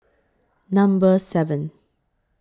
Number seven